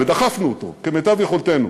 ודחפנו אותו כמיטב יכולתנו,